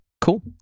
Cool